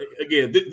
again